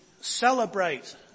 celebrate